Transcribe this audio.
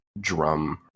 drum